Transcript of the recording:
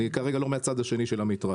אני כרגע לא מן הצד השני של המתרס.